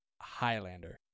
highlander